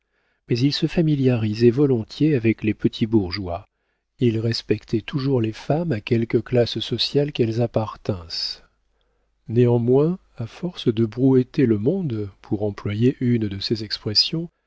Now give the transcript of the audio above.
mais s'il se familiarisait volontiers avec les petits bourgeois il respectait toujours les femmes à quelque classe sociale qu'elles appartinssent néanmoins à force de brouetter le monde pour employer une de ses expressions